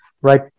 right